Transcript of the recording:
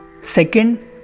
Second